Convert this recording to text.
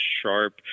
sharp